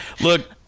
Look